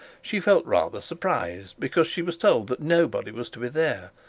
she felt rather surprised, because she was told that nobody was to be there,